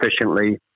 efficiently